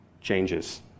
changes